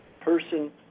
person